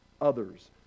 others